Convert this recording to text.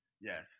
Yes